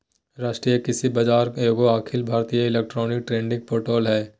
राष्ट्रीय कृषि बाजार एगो अखिल भारतीय इलेक्ट्रॉनिक ट्रेडिंग पोर्टल हइ